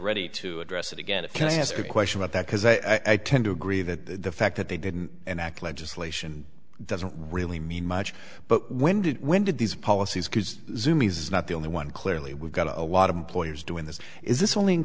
ready to address it again and can i ask a question about that because i tend to agree that the fact that they didn't and act legislation doesn't really mean much but when did when did these policies because zoom is not the only one clearly we've got a lot of employers doing this is this only in